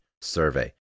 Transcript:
survey